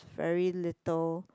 very little